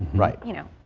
right you know.